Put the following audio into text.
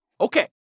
Okay